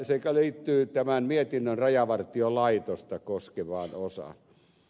se liittyy tämän mietinnön rajavartiolaitosta koskevaan osaan